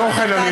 אף שבתוכן,